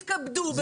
תתכבדו,